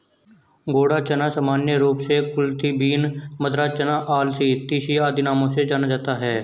घोड़ा चना सामान्य रूप से कुलथी बीन, मद्रास चना, अलसी, तीसी आदि नामों से जाना जाता है